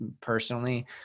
personally